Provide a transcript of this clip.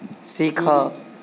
ଶିଖ